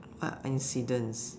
what incidents